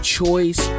choice